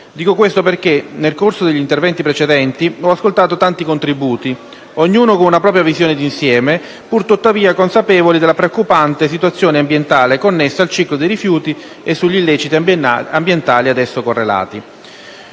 Dico questo perché nel corso degli interventi precedenti ho ascoltato tanti contributi, ognuno con una propria visione d'insieme, pur tuttavia consapevoli della preoccupante situazione ambientale connessa al ciclo dei rifiuti e sugli illeciti ambientali ad essi correlati.